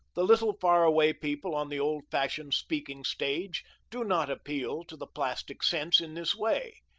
the little far-away people on the old-fashioned speaking stage do not appeal to the plastic sense in this way.